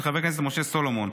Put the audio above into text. של חבר הכנסת משה סולומון.